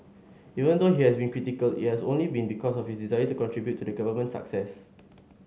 even though he has been critical it has only been because of his desire to contribute to the government's success